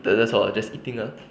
that that's all just eating ah